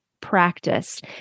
practice